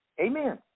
Amen